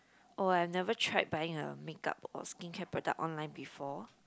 oh I've never tried buying a makeup or skincare product online before